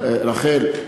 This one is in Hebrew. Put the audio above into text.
רחל,